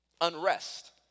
unrest